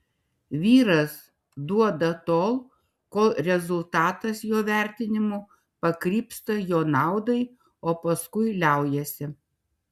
vyras duoda tol kol rezultatas jo vertinimu pakrypsta jo naudai o paskui liaujasi